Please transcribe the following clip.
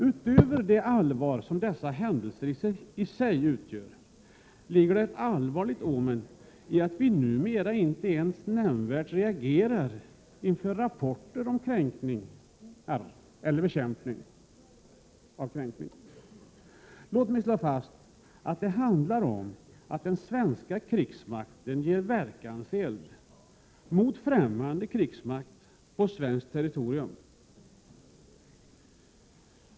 Utöver det allvar som dessa händelser i sig utgör ligger det ett allvarligt omen i att vi numera inte ens reagerar nämnvärt inför rapporter om kränkningar eller bekämpning av kränkningar. Låt mig slå fast att det handlar om att den svenska krigsmakten ger verkanseld mot främmande krigsmakt på svenskt territorium.